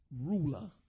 ruler